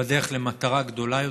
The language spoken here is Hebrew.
בדרך למטרה גדולה יותר,